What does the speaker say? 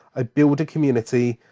i build a community,